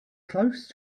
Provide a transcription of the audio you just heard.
close